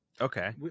Okay